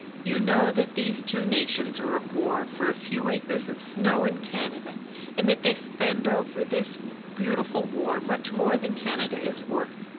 you know that these two nations are at war for a few acres of snow in canada and that they spend over this beautiful war much more than canada is worth.